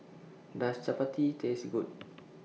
Does Chappati Taste Good